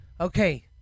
Okay